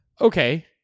Okay